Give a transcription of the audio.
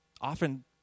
Often